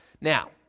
Now